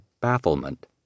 bafflement